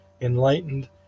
enlightened